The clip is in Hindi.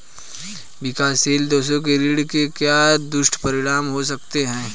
विकासशील देशों के ऋण के क्या दुष्परिणाम हो सकते हैं?